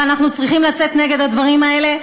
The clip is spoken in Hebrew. ואנחנו צריכים לצאת נגד הדברים האלה,